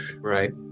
right